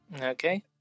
Okay